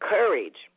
Courage